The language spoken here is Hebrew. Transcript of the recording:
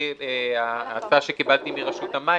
לפי ההצעה שקיבלתי מרשות המים,